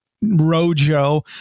Rojo